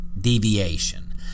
deviation